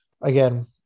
again